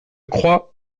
crois